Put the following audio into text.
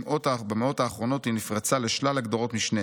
במאות האחרונות היא נפרצה לשלל הגדרות משנה,